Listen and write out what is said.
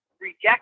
reject